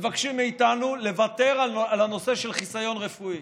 מבקשים מאיתנו לוותר על הנושא של חיסיון רפואי.